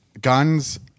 guns